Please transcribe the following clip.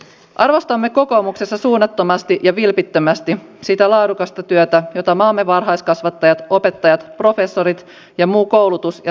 arvostamme kokoomuksessa suunnattomasti ja vilpittömästi sitä laadukasta työtä jota maamme varhaiskasvattajat opettajat professorit ja muu koulutus ja tutkimushenkilöstö tekevät